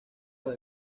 los